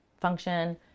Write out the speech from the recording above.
function